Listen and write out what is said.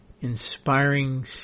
inspiring